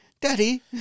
daddy